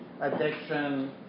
addiction